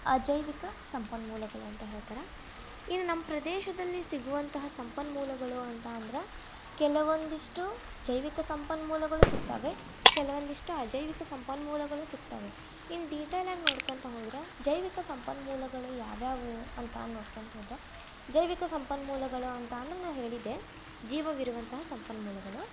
ಅಜೈವಿಕ ಸಂಪನ್ಮೂಲಗಳು ಅಂತ ಹೇಳ್ತಾರೆ ಇನ್ನು ನಮ್ಮ ಪ್ರದೇಶದಲ್ಲಿ ಸಿಗುವಂತಹ ಸಂಪನ್ಮೂಲಗಳು ಅಂತ ಅಂದ್ರೆ ಕೆಲವೊಂದಿಷ್ಟು ಜೈವಿಕ ಸಂಪನ್ಮೂಲಗಳು ಸಿಗ್ತಾವೆ ಕೆಲವೊಂದಿಷ್ಟು ಅಜೈವಿಕ ಸಂಪನ್ಮೂಲಗಳು ಸಿಗ್ತಾವೆ ಇನ್ನು ಡಿಟೇಲಾಗಿ ನೋಡ್ಕೋತ ಹೋದ್ರೆ ಜೈವಿಕ ಸಂಪನ್ಮೂಲಗಳು ಯಾವು ಯಾವು ಅಂತ ನೋಡ್ಕಂತ ಹೋದ್ರೆ ಜೈವಿಕ ಸಂಪನ್ಮೂಲಗಳು ಅಂತ ಅಂದರೆ ನಾನು ಹೇಳಿದೆ ಜೀವವಿರುವಂತಹ ಸಂಪನ್ಮೂಲಗಳು